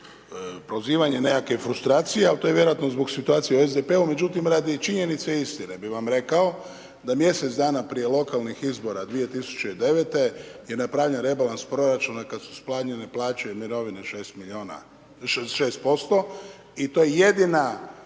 prozivanje nekakvih frustracija, al to je vjerojatno zbog situacije u SDP-u. Međutim, radi činjenice istine bi vam rekao da mjesec dana prije lokalnih izbora 2009. je napravljen rebalans proračuna kada su smanjene plaće i mirovine 6 milijuna,